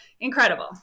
incredible